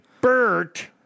Bert